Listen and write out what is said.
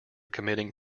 committing